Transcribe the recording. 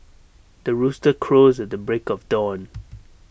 the rooster crows at the break of dawn